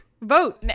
vote